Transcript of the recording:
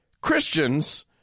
Christians